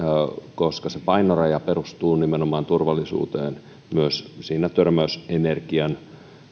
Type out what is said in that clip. koska se painoraja perustuu nimenomaan turvallisuuteen myös sen törmäysenergian